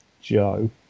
Joe